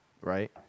right